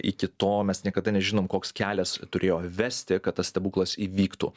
iki to mes niekada nežinom koks kelias turėjo vesti kad tas stebuklas įvyktų